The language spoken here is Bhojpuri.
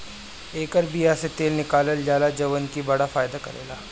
एकर बिया से तेल निकालल जाला जवन की बड़ा फायदा करेला